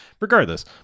regardless